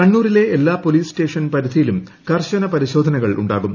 കണ്ണൂരിലെ എല്ലാ police station പരിധിയിലും കർശന പരിശോധനകളുണ്ടാകും